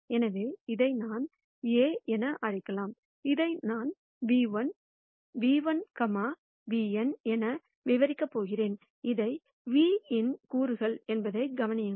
எனவே இதை நான் A என அழைக்கலாம் இதை நான் ν₁ ν₁ vn என விரிவாக்கப் போகிறேன் இவை v இன் கூறுகள் என்பதைக் கவனியுங்கள்